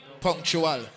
punctual